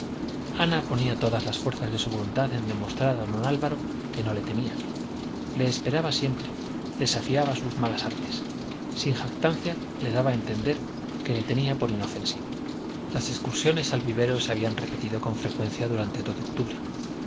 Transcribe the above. ana ponía todas las fuerzas de su voluntad en demostrar a d álvaro que no le temía le esperaba siempre desafiaba sus malas artes sin jactancia le daba a entender que le tenía por inofensivo las excursiones al vivero se habían repetido con frecuencia durante todo octubre